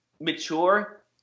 mature